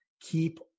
keep